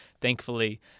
thankfully